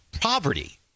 poverty